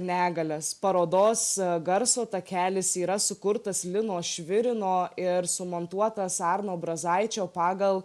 negalias parodos garso takelis yra sukurtas lino švirino ir sumontuotas arno brazaičio pagal